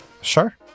Sure